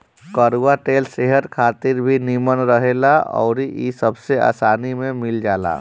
कड़ुआ तेल सेहत खातिर भी निमन रहेला अउरी इ सबसे आसानी में मिल जाला